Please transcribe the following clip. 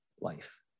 life